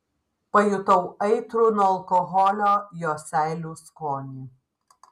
pajutau aitrų nuo alkoholio jo seilių skonį